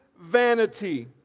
vanity